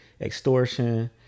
extortion